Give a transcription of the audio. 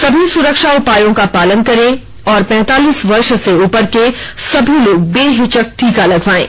सभी सुरक्षा उपायों का पालन करें और पैंतालीस वर्ष से उपर के सभी लोग बेहिचक टीका लगवायें